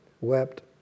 wept